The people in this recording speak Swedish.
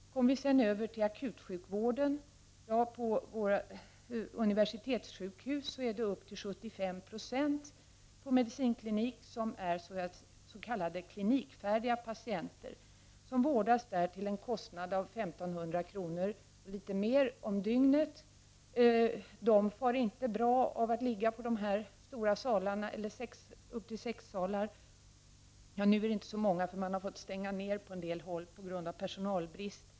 På våra universitetssjukhus, inom akutsjukvården, är upp till 75 96 av patienterna på medicinklinik s.k. klinikfärdiga patienter, som vårdas där till en kostnad av drygt 1500 kr. per dygn. Dessa patienter mår inte bra av att ligga i sjukhussalar som har uppemot sex bäddar. Nu har man emellertid fått stänga en del avdelningar på grund av personalbrist, och därför är denna siffra något mindre.